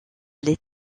les